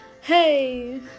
Hey